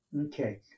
Okay